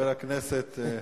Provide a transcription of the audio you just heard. ברוסית).